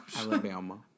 Alabama